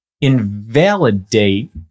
invalidate